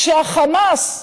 כשהחמאס מתחזק,